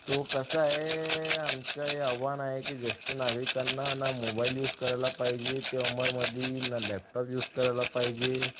तो कसा आहे आमचं ए आवाहन आहे की ज्येष्ठ नागरिकांना ना मोबाईल यूज कराला पाहिजे त्या उमरमध्ये ना लॅपटॉप यूज करायला पाहिजे